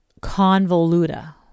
Convoluta